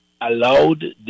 allowed